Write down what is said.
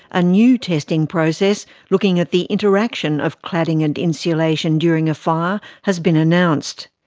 a new testing process looking at the interaction of cladding and insulation during a fire has been announced.